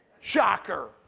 Shocker